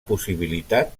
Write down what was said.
possibilitat